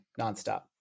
nonstop